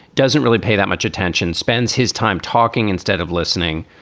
doesn't really pay that much attention, spends his time talking instead of listening,